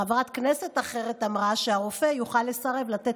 חברת כנסת אחרת אמרה שהרופא יוכל לסרב לתת